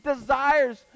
desires